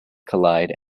collide